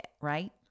right